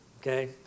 okay